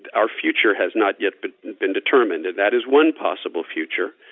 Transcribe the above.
and our future has not yet been been determined. and that is one possible future,